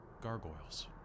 Gargoyles